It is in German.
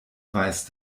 weiß